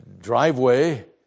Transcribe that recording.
driveway